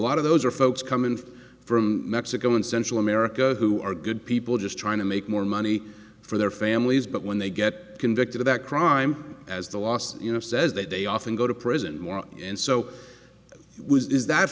of those are folks coming from mexico and central america who are good people just trying to make more money for their families but when they get convicted of that crime as the last you know says that they often go to prison more and so was is that